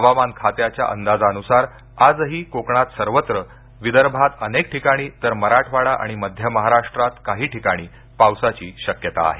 हवामान खात्याच्या अंदाजानुसार आजहि कोकणात सर्वत्र विदर्भात अनेक ठिकाणी तर मराठवाडा आणि मध्य महाराष्ट्रात काही ठिकाणी पावसाची शक्यता आहे